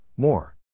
More